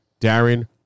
Darren